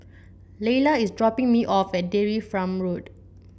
Layla is dropping me off at Dairy From Road